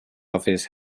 office